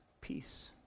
peace